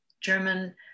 German